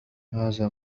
هذا